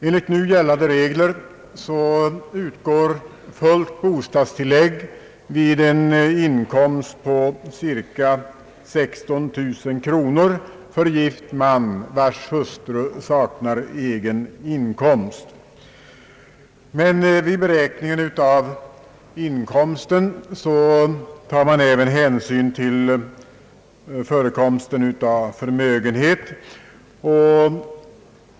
Enligt nu gällande regler utgår fullt bostadstillägg vid en inkomst på cirka 16 000 kronor för gift man, vars hustru saknar egen inkomst. Vid beräkningen av inkomsten tar man även hänsyn till förekomsten av förmögenhet.